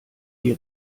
die